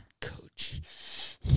coach